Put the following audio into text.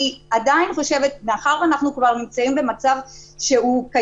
אני עדיין חושבת שמאחר ואנחנו כבר נמצאים במצב קיים,